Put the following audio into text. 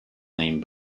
named